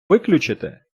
виключити